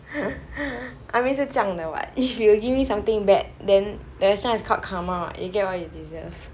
I mean 是这样的 what if you give me something bad then this one is called karma what you get what you deserve